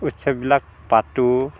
উৎসৱবিলাক পাতোঁ